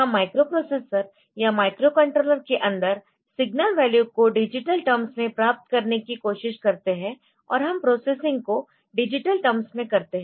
हम माइक्रोप्रोसेसर या माइक्रोकंट्रोलर के अंदर सिग्नल वैल्यू को डिजिटल टर्म्स में प्राप्त करने की कोशिश करते है और हम प्रोसेसिंग को डिजिटल टर्म्स में करते है